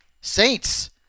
Saints